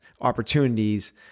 opportunities